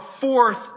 fourth